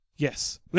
Yes